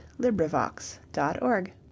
LibriVox.org